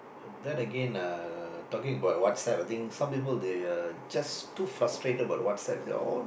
then again uh talking about WhatsApp I think some people they are just too frustrated about WhatsApp they all